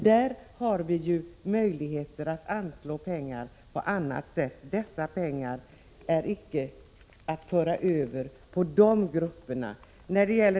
Där har vi möjligheter att anslå pengar på annat sätt. Dessa pengar är icke lämpliga att föras över till de grupperna.